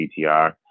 GTR